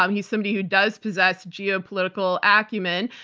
um he's somebody who does possess geopolitical acumen.